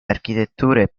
architetture